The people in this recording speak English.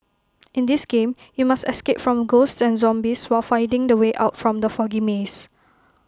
in this game you must escape from ghosts and zombies while finding the way out from the foggy maze